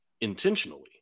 intentionally